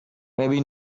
maybe